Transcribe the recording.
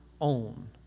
own